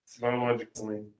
biologically